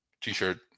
t-shirt